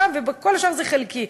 ובכל השאר זה חלקי.